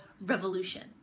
revolution